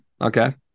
Okay